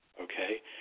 okay